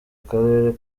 karere